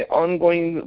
ongoing